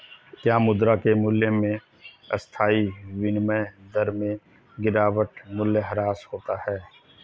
क्या मुद्रा के मूल्य में अस्थायी विनिमय दर में गिरावट मूल्यह्रास होता है?